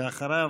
ואחריו,